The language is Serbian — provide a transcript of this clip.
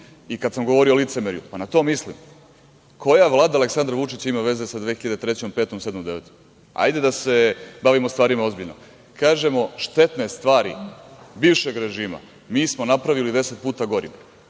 Kada sam govorio o licemerju, pa, na to mislim. Koja Vlada Aleksandra Vučića ima veze sa 2003, 2005, 2007. i 2009. godinom? Hajde da se bavimo stvarima ozbiljno. Kažemo – štetne stvari bivšeg režima, mi smo napravili deset puta gorim.